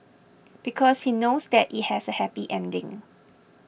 because he knows that it has a happy ending